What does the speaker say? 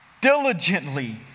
Diligently